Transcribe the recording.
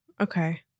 Okay